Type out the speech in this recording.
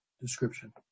description